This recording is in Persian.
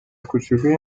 کوچولوی